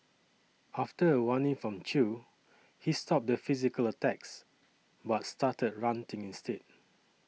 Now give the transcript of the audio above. after a warning from Chew he stopped the physical attacks but started ranting instead